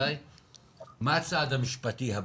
מה הצד המשפטי הבא?